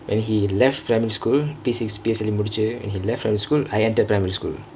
when he left primary school P six P_S_L_E முடிச்சு:mudichu when he left primary school I entered primary school